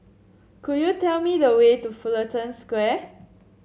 could you tell me the way to Fullerton Square